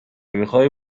میخوای